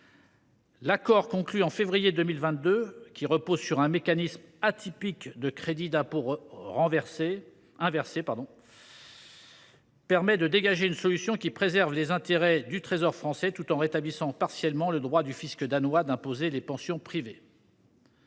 L’accord conclu en février 2022, qui repose sur un mécanisme atypique de crédit d’impôt inversé, permet de dégager une solution qui préserve les intérêts du Trésor public français, tout en rétablissant partiellement le droit du fisc danois d’imposer les pensions privées.